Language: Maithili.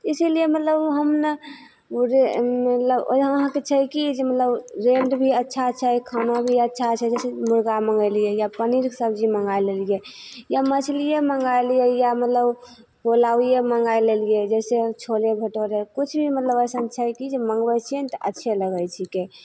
इसीलिये मतलब हम ने उ जे मतलब आओर अहाँके छै की जे मतलब रेन्ट भी अच्छा छै खाना भी अच्छा छै जैसे मुर्गा मँगेलियै या पनीरके सब्जी मँगाय लेलियै या मछलिये मँगाय लियै या मतलब पोलाउवे मँगाय लेलियै जैसे छोले भटुरे किछु भी मतलब अइसन छै कि जे मँगबै छियै नहि तऽ अच्छे लगय छीके